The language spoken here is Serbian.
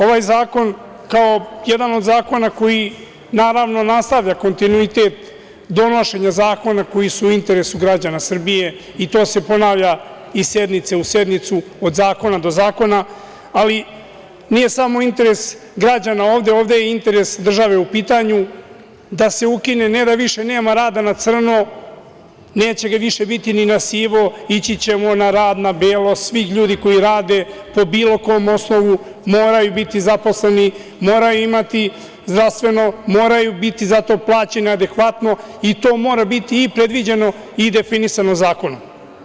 Ovaj zakon, kao jedan od zakona koji, naravno, nastavlja kontinuitet donošenja zakona koji su u interesu građana Srbije, i to se ponavlja iz sednice u sednicu, od zakona do zakona, ali nije samo interes građana ovde, već je ovde interes države u pitanju da se ukine, ne da više nema rada na crno, neće ga više biti ni na sivo, ići ćemo na rad na belo svih ljudi koji rade, po bilo kom osnovu moraju biti zaposleni, moraju imati zdravstveno, moraju biti za to plaćeni adekvatno i to mora biti predviđeno i definisano zakonom.